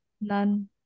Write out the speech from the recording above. none